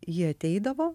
ji ateidavo